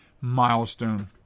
milestone